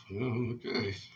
okay